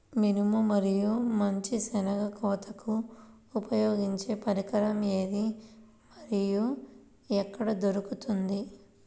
మినుము మరియు మంచి శెనగ కోతకు ఉపయోగించే పరికరం ఏది మరియు ఎక్కడ దొరుకుతుంది?